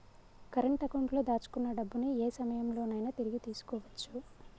current అకౌంట్లో దాచుకున్న డబ్బుని యే సమయంలోనైనా తిరిగి తీసుకోవచ్చు